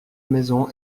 maison